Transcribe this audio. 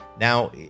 Now